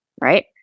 right